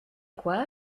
quoi